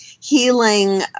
healing